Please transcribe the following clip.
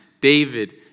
David